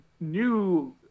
new